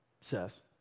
says